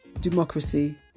democracy